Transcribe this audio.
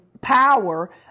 power